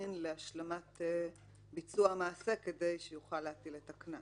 להמתין להשלמת ביצוע המעשה כדי שיוכל להטיל את הקנס.